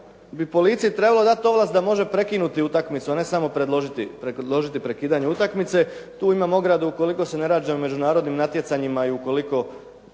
bi policiji trebalo dati ovlasti da može prekinuti utakmicu a ne samo predložiti prekidanje utakmice. Tu imam ogradu ukoliko se na međunarodnim natjecanjima i ukoliko